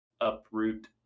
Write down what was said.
uproot